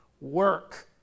work